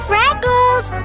Freckles